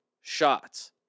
shots